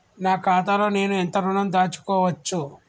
నా ఖాతాలో నేను ఎంత ఋణం దాచుకోవచ్చు?